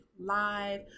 live